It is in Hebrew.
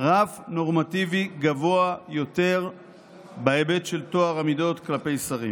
רף נורמטיבי גבוה יותר בהיבט של טוהר המידות כלפי שרים.